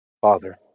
Father